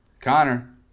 Connor